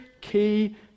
key